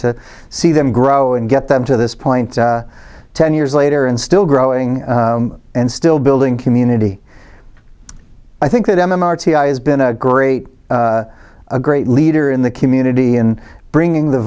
to see them grow and get them to this point ten years later and still growing and still building community i think that m m r has been a great a great leader in the community in bringing the